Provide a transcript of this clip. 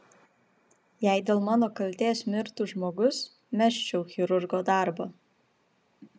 jei dėl mano kaltės mirtų žmogus mesčiau chirurgo darbą